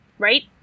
right